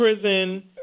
prison